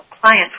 clients